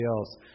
else